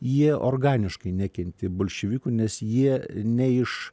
jie organiškai nekentė bolševikų nes jie ne iš